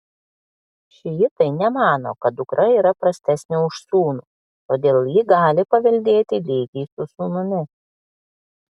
šiitai nemano kad dukra yra prastesnė už sūnų todėl ji gali paveldėti lygiai su sūnumi